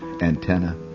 antenna